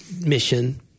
mission